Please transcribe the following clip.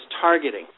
targeting